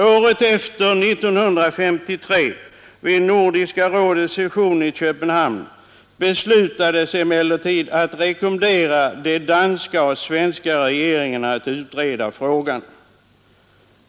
Året efter, 1953, vid Nordiska rådets session i Köpenhamn beslutades emellertid att rekommendera de danska och svenska regeringarna att utreda frågan.